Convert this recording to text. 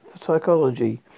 psychology